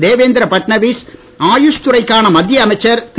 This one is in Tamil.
தேவேந்திர ஃபட்னவிஸ் ஆயுஷ் துறைக்கான மத்திய அமைச்சர் திரு